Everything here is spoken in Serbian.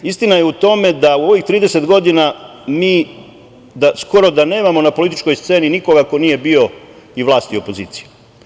Istina je u tome da u ovih 30 godina mi skoro da nemamo na političkoj sceni nikoga ko nije bio i vlast i opozicija.